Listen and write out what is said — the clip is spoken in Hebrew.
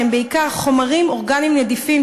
שהם בעיקר חומרים אורגניים נדיפים,